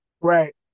right